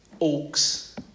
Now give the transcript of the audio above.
Oaks